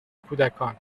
کودکان